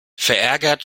verärgert